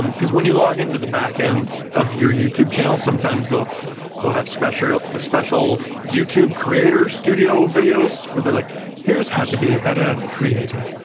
um because when you log into the back end of your youtube channel sometimes they'll they'll have special, special youtube creators studio videos where they're like here's how to be a better creator.